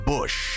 Bush